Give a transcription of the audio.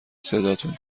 صداتون